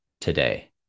today